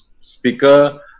speaker